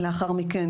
לאחר מכן,